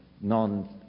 non